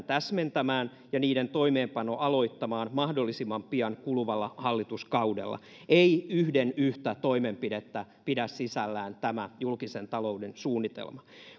täsmentämään ja niiden toimeenpano aloittamaan mahdollisimman pian kuluvalla hallituskaudella ei yhden yhtä toimenpidettä pidä sisällään tämä julkisen talouden suunnitelma